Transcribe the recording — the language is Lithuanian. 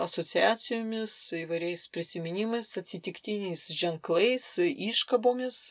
asociacijomis įvairiais prisiminimais atsitiktiniais ženklais iškabomis